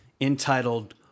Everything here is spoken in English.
entitled